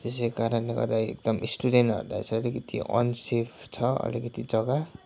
त्यसै कारणले गर्दा एकदम स्टुडेन्टहरूलाई चाहिँ अलिकति अनसेफ छ अलिकति जग्गा